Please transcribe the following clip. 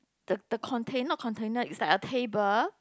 the the container not container it's like a table